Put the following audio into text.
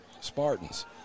Spartans